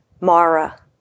Mara